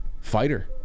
fighter